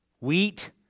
Wheat